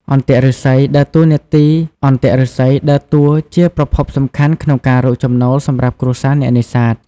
អន្ទាក់ឫស្សីដើរតួជាប្រភពសំខាន់ក្នុងការរកចំណូលសម្រាប់គ្រួសារអ្នកនេសាទ។